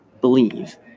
believe